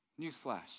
Newsflash